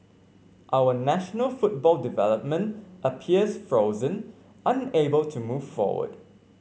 our national football development appears frozen unable to move forward